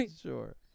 sure